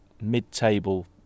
mid-table